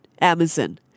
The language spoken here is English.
Amazon